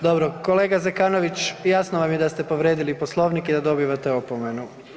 Dobro, kolega Zekanović jasno vam je da ste povrijedili Poslovnik i da dobivate opomenu.